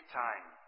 time